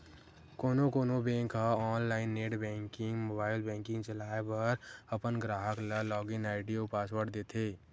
कोनो कोनो बेंक ह online net banking, mobile banking चलाए बर अपन गराहक ल लॉगिन आईडी अउ पासवर्ड देथे